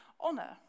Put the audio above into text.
honor